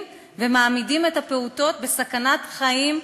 ומעמידים את הפעוטות בסכנת חיים ממשית.